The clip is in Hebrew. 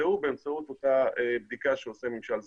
הוא באמצעות אותה בדיקה שעושה ממשל זמין.